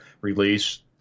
release